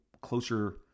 closer